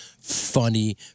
funny